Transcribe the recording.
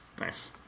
Nice